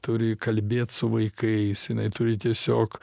turi kalbėt su vaikais jinai turi tiesiog